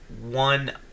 one